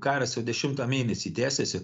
karas jau dešimtą mėnesį tęsiasi